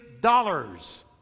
dollars